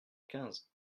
quinze